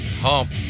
Hump